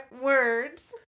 words